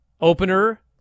Opener